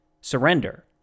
...surrender